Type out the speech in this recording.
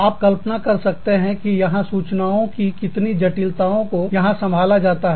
आप कल्पना कर सकते हैं कि यहां सूचनाओं की कितनी जटिलताओं को यहां संभाला जाता है